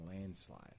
landslide